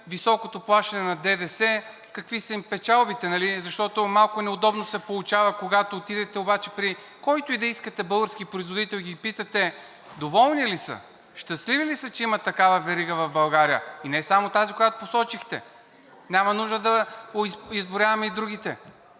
високото плащане на ДДС, какви са им печалбите, защото малко неудобно се получава, когато отидете обаче, при който и да искате български производител и ги питате: „Доволни ли са? Щастливи ли са, че има такава верига в България?“, и не само тази, която посочихте, няма нужда да изброяваме и другите.